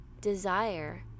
desire